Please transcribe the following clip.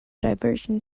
diversion